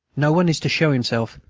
no one is to show himself.